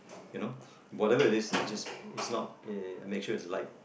you know whatever it is I just is not I make sure it's light